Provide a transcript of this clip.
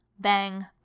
bang